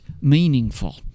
meaningful